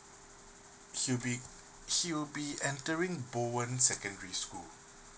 he will be he will be entering bowen secondary school